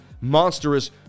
monstrous